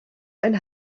ein